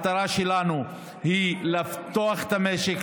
המטרה שלנו היא לפתוח את המשק,